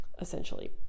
essentially